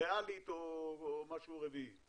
ריאלית או משהו רביעי?